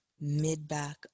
mid-back